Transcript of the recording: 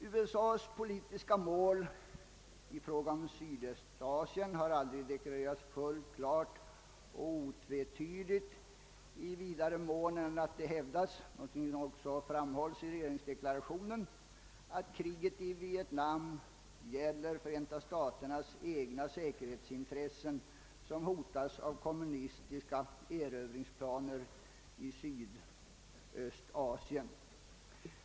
USA:s politiska mål i fråga om Sydöstasien har aldrig deklarerats fullt klart och otvetydigt i vidare mån än att det hävdats — någonting som också framhållits i dagens regeringsdeklaration — att kriget i Vietnam gäller Förenta staternas egna säkerhetsintressen, som hotas av kommunistiska erövringsplaner i Sydöstasien.